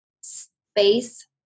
space